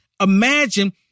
Imagine